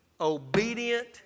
obedient